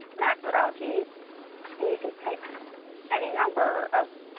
macroalgae and you can pick any number of.